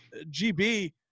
gb